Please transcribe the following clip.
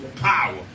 power